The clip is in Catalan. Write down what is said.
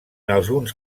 alguns